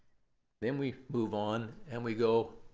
then we move on. and we go,